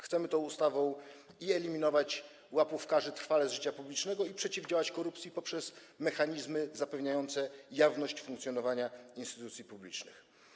Chcemy tą ustawą i trwale eliminować łapówkarzy z życia publicznego, i przeciwdziałać korupcji poprzez mechanizmy zapewniające jawność funkcjonowania instytucji publicznych.